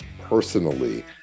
personally